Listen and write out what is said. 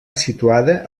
situada